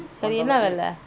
சரிஎன்னவேல:sari enna vela